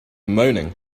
moaning